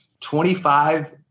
25